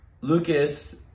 Lucas